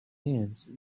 ants